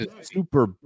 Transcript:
super